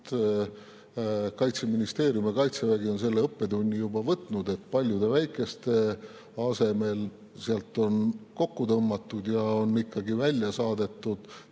Kaitseministeerium ja Kaitsevägi on selle õppetunni juba saanud, et paljude väikeste asemel – selles on kokku tõmmatud – on ikkagi välja saadetud